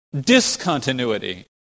Discontinuity